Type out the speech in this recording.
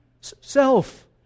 Self